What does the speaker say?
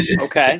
Okay